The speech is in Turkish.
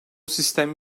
sistem